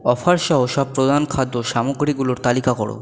offer সহ সব প্রধান খাদ্য সামগ্রীগুলোর তালিকা করো